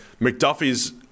McDuffie's